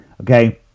okay